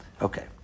Okay